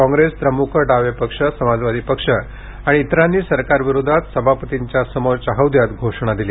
कॉंग्रेस द्रमुक डावे पक्ष समाजवादी पक्ष आणि इतरांनी सरकारविरोधात सभापतींसमोरच्या हौद्यात घोषणा दिल्या